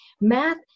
Math